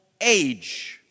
age